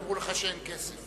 יאמרו לך שאין כסף.